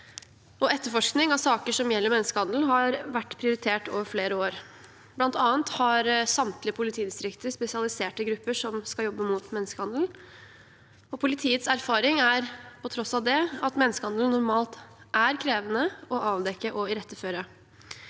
Etterforskning av saker som gjelder menneskehandel, har vært prioritert over flere år. Blant annet har samtlige politidistrikter spesialiserte grupper som skal jobbe mot menneskehandel. Politiets erfaring er på tross av det at menneskehandel normalt er krevende å avdekke og iretteføre.